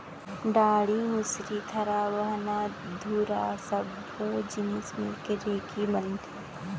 डांड़ी, मुसरी, थरा, बाहना, धुरा सब्बो जिनिस मिलके ढेंकी बनथे